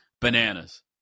bananas